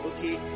Okay